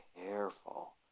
careful